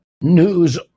news